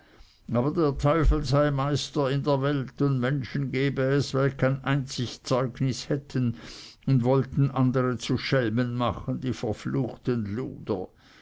aber der teufel sei meister in der welt und menschen gebe es welche kein einzig zeugnis hätten und wollten andere zu schelmen machen die verfluchten luder